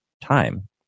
time